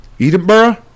Edinburgh